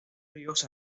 ríos